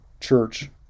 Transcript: church